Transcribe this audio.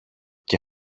και